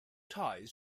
ties